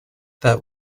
that